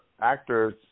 actors